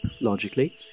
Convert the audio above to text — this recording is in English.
logically